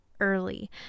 early